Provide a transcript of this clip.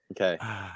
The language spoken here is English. Okay